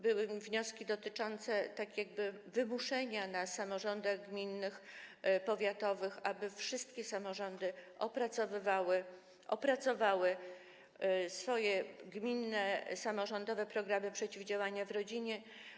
Były wnioski dotyczące tak jakby wymuszenia na samorządach gminnych, powiatowych, aby wszystkie samorządy opracowywały, opracowały swoje gminne, samorządowe programy przeciwdziałania przemocy w rodzinie.